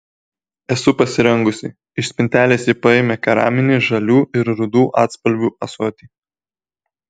esu pasirengusi iš spintelės ji paėmė keraminį žalių ir rudų atspalvių ąsotį